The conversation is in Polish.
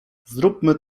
zróbmy